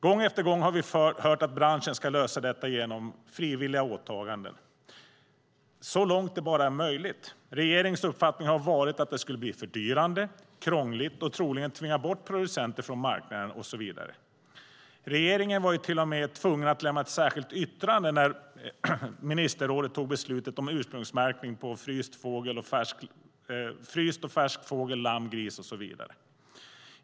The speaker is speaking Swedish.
Gång efter gång har vi hört att branschen ska lösa detta genom frivilliga åtaganden så långt det bara är möjligt. Regeringens uppfattning har varit att det annars skulle bli fördyrande och krångligt, troligen tvinga bort producenter från marknaden och så vidare. Regeringen var ju till och med tvungen att lämna ett särskilt yttrande när ministerrådet fattade beslutet om ursprungsmärkning av fryst och färsk fågel, lamm, gris och så vidare.